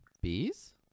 bees